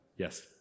Yes